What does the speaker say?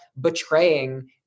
betraying